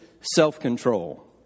self-control